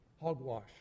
Hogwash